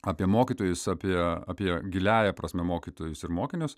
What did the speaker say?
apie mokytojus apie apie giliąja prasme mokytojus ir mokinius